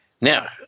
Now